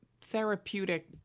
therapeutic